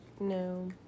No